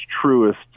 truest